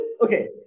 okay